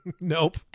Nope